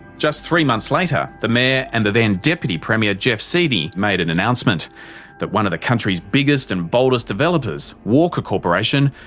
just three months later the mayor and the then deputy premier jeff seeney made an announcement that one of the country's biggest and boldest developers, walker corporation,